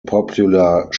popular